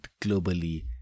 globally